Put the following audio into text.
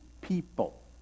people